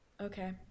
okay